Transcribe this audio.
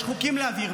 יש חוקים להעביר.